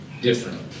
different